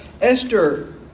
Esther